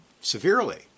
severely